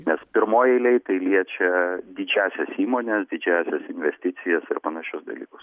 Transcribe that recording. nes pirmoj eilėj tai liečia didžiąsias įmones didžiąsias investicijas ir panašius dalykus